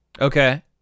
Okay